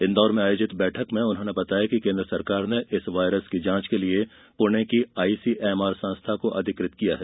इंदौर में आयोजित बैठक में उन्होंने बताया कि केन्द्र सरकार ने इस वायरस की जाँच के लिये पुणे की आईसीएमआर संस्था को अधिकृत किया है